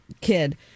kid